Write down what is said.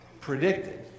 Predicted